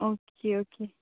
okay okay